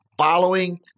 following